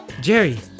Jerry